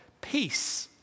peace